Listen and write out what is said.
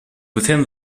within